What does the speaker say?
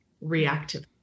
reactive